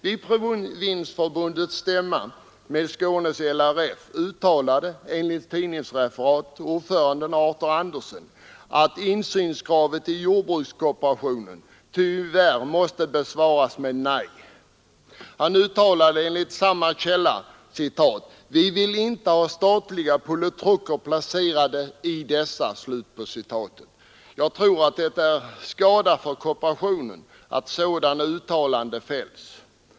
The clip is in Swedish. Vid provinsförbundets stämma med Skånes LRF uttalade ordföranden Arthur Andersson enligt ett tidningsreferat att kravet på insyn i jordbrukskooperationen tyvärr måste besvaras med nej. Han uttalade enligt samma källa: ”Vi vill inte ha statliga politruker placerade i dessa.” Jag tror att det är till skada för kooperationen att sådana uttalanden fälls.